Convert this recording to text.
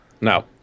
No